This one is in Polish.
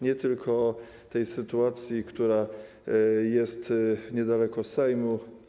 Nie tylko o tej sytuacji, która jest niedaleko Sejmu.